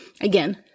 Again